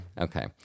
Okay